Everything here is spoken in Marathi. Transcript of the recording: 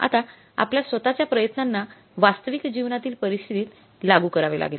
आता आपल्या स्वतःच्या प्रयत्नांना वास्तविक जीवनातील परिस्थितीत लागू करावे लागेल